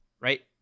right